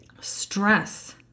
Stress